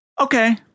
Okay